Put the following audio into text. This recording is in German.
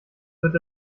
wird